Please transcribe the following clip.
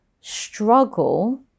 struggle